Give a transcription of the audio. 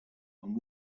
and